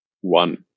one